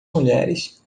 mulheres